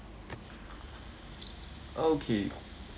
okay